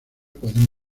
pueden